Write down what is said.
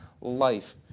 life